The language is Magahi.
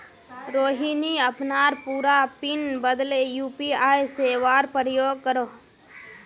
रोहिणी अपनार पूरा पिन बदले यू.पी.आई सेवार प्रयोग करोह